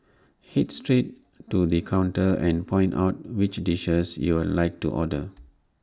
Head straight to the counter and point out which dishes you'd like to order